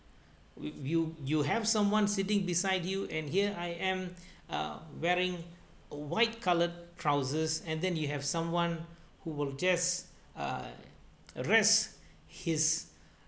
we you you have someone sitting beside you and here I am uh wearing a white coloured trousers and then you have someone who will just uh rest his